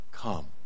Come